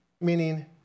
meaning